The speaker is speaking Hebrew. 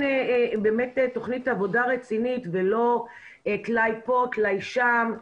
באמת תכנית עבודה רצינית ולא תלאי פה תלאי שם.